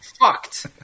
fucked